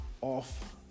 off